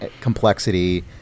complexity